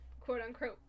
quote-unquote